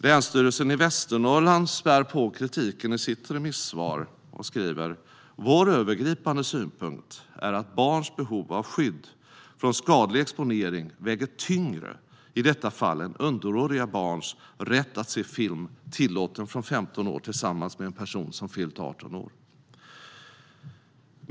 Länsstyrelsen i Västernorrland spär på kritiken i sitt remissvar och skriver: "Länsstyrelsens övergripande synpunkt är att barns behov av skydd från skadlig exponering väger tyngre i detta fall än underåriga barns rätt att se film tillåten från 15 år tillsammans med en person som fyllt 18 år."